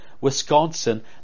Wisconsin